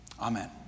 Amen